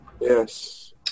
Yes